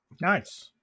Nice